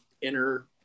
inner